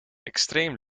extreem